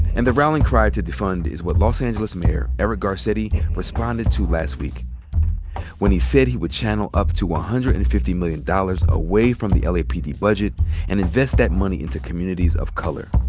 and the rallying cry to defund is what los angeles mayor eric garcetti responded to last week when he said he would channel up to one ah hundred and fifty million dollars away from the l. a. p. d. budget and invest that money into communities of color.